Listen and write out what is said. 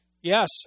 Yes